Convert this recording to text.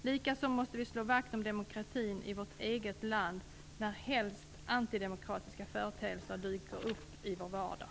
Likaså måste vi slå vakt om demokratin i vårt eget land närhelst antidemokratiska företeelser dyker upp i vår vardag.